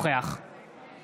נוכח